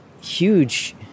huge